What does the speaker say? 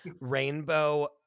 rainbow